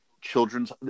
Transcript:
children's